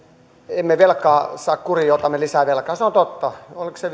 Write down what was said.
emme velkaa saa kuriin ja otamme lisää velkaa ja se on totta oliko se